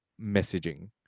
messaging